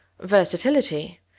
Versatility